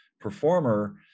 performer